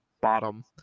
bottom